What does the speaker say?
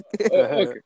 Okay